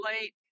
late